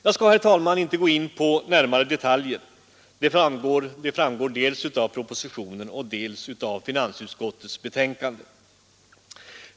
Jag skall, herr talman, inte närmare gå in på detaljer; de framgår dels av propositionen, dels av finansutskottets betänkande.